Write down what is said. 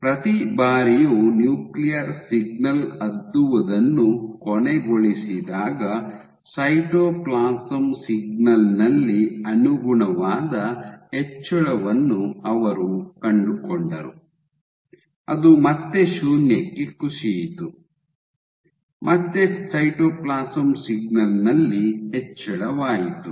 ಪ್ರತಿ ಬಾರಿಯೂ nuclear signal ಅದ್ದುವುದನ್ನು ಕೊನೆಗೊಳಿಸಿದಾಗ ಸೈಟೋಪ್ಲಾಸಂ ಸಿಗ್ನಲ್ ನಲ್ಲಿ ಅನುಗುಣವಾದ ಹೆಚ್ಚಳವನ್ನು ಅವರು ಕಂಡುಕೊಂಡರು ಅದು ಮತ್ತೆ ಶೂನ್ಯಕ್ಕೆ ಕುಸಿಯಿತು ಮತ್ತೆ ಸೈಟೋಪ್ಲಾಸಂ ಸಿಗ್ನಲ್ ನಲ್ಲಿ ಹೆಚ್ಚಳವಾಯಿತು